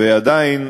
ועדיין,